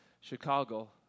Chicago